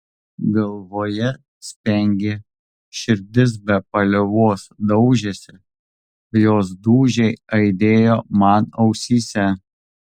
galvoje spengė širdis be paliovos daužėsi jos dūžiai aidėjo man ausyse